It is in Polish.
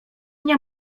nie